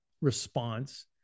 response